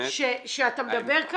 עמדה מקצועית --- אתה מבין שאתה מדבר פה